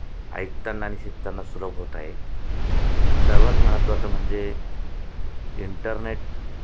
ऐकताना आ आणि शिकताना सुलभ होत आहे सर्वात महत्त्वाचं म्हणजे इंटरनेट